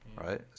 Right